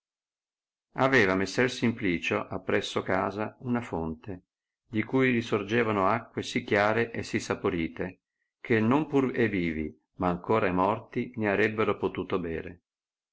aveva messer simplicio appresso casa una fonte di cui risorgevano acque sì chiare e sì saporite che non pur e vivi ma ancor e morti ne arebbeno potuto bere